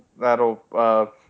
that'll